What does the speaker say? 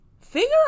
figure